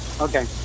Okay